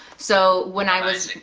so when i was